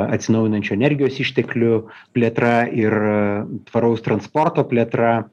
atsinaujinančių energijos išteklių plėtra ir tvaraus transporto plėtra